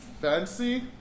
fancy